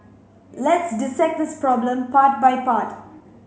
let's dissect this problem part by part